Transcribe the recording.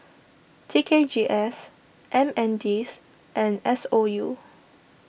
T K G S MNDS and S O U